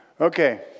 Okay